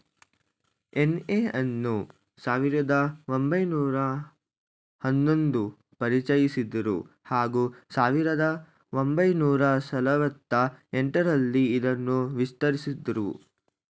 NI ಅನ್ನು ಸಾವಿರದ ಒಂಬೈನೂರ ಹನ್ನೊಂದು ಪರಿಚಯಿಸಿದ್ರು ಹಾಗೂ ಸಾವಿರದ ಒಂಬೈನೂರ ನಲವತ್ತ ಎಂಟರಲ್ಲಿ ಇದನ್ನು ವಿಸ್ತರಿಸಿದ್ರು